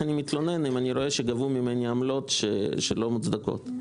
אני מתלונן אם אני רואה שגבו ממני עמלות לא מוצדקות,